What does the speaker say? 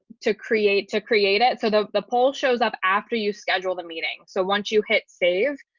to create to create it. so the the poll shows up after you schedule the meeting. so once you hit save,